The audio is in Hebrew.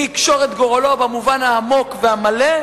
מי יקשור את גורלו במובן העמוק והמלא,